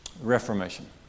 reformation